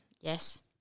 Yes